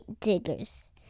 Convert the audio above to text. diggers